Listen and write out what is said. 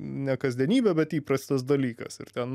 ne kasdienybė bet įprastas dalykas ir ten